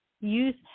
youth